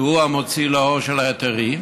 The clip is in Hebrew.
שהוא המוציא לאור של ההיתרים,